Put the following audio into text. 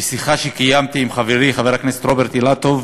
בשיחה שקיימתי עם חברי חבר הכנסת רוברט אילטוב